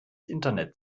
internet